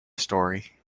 story